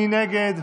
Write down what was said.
מי נגד?